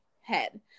head